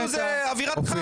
אווירת חג.